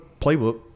playbook